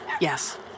yes